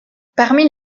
parmi